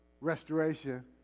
restoration